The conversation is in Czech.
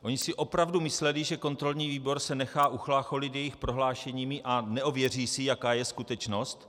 Oni si opravdu mysleli, že kontrolní výbor se nechá uchlácholit jejich prohlášeními a neověří si, jaká je skutečnost?